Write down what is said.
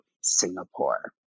singapore